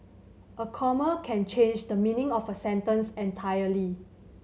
a comma can change the meaning of a sentence entirely